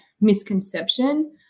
misconception